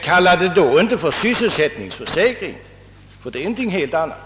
Kalla det då inte sysselsättningsförsäkring, ty det är något helt annat!